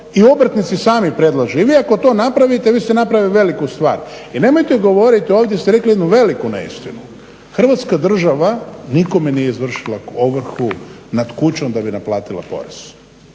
i obrtnici sami predlažu. I vi ako to napravite, vi ste napravili veliku stvar. I nemojte govoriti, ovdje ste rekli jednu veliku neistinu. Hrvatska država nikome nije izvršila ovrhu nad kućom da bi naplatila porez.